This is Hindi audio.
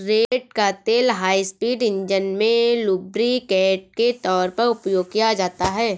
रेड़ का तेल हाई स्पीड इंजन में लुब्रिकेंट के तौर पर उपयोग किया जाता है